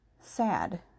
sad